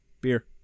Beer